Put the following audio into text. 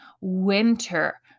winter